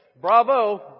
Bravo